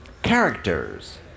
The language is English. characters